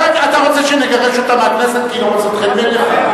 אתה רוצה שנגרש אותה מהכנסת כי היא לא מוצאת חן בעיניך?